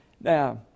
Now